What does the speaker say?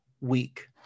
week